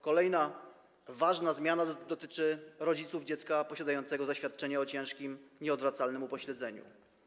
Kolejna ważna zmiana dotyczy rodziców dziecka posiadającego zaświadczenie o ciężkim i nieodwracalnym upośledzeniu.